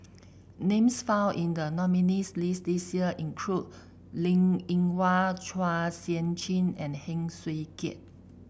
names found in the nominees' list this year include Linn In Hua Chua Sian Chin and Heng Swee Keat